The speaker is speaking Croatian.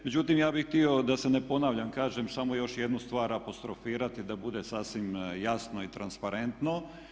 Međutim, ja bih htio da se ne ponavljam kažem samo još jednu stvar apostrofirati da bude sasvim jasno i transparentno.